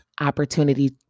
opportunity